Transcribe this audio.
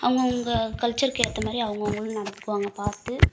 அவங்க அவங்க கல்ச்சருக்கு ஏற்ற மாதிரி அவங்க அவங்களும் நடந்துக்குவாங்க பார்த்து